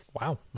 Wow